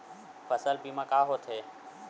फसल बीमा का होथे?